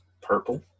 purple